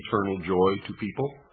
eternal joy to people.